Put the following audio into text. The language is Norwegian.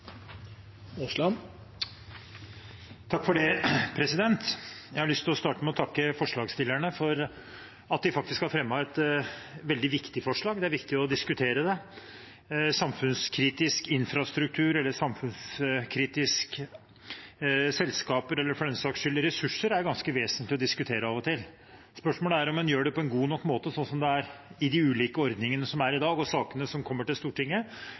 Jeg har lyst til å starte med å takke forslagsstillerne for at de faktisk har fremmet et veldig viktig forslag, det er viktig å diskutere det. Samfunnskritisk infrastruktur eller samfunnskritiske selskaper, eller for den saks skyld ressurser, er ganske vesentlig å diskutere av og til. Spørsmålet er om en gjør det på en god nok måte, slik det er i de ulike ordningene i dag, og i sakene som kommer til Stortinget,